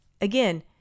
again